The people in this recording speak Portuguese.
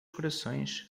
corações